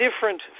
different